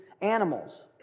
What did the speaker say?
animals